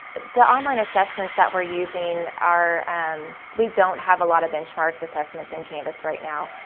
the online assessments that we're using are, um we don't have a lot of benchmarks assessments in canvas right now.